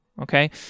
Okay